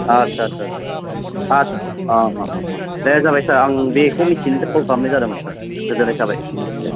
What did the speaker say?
आतसा सा सा सा आतसा सा अह ह ह दे जाबाय सा र आं बेखौ मिथिनो कल खालामनाय जादोंमोन सार गोजोननाय थाबाय दे